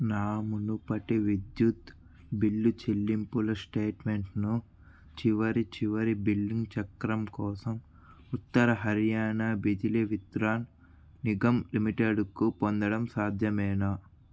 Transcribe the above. నా మునుపటి విద్యుత్ బిల్లు చెల్లింపుల స్టేట్మెంట్ను చివరి చివరి బిల్లింగ్ చక్రం కోసం ఉత్తర హర్యానా బిజ్లీ విట్రాన్ నిగమ్ లిమిటెడ్కు పొందడం సాధ్యమేనా